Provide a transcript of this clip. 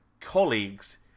colleagues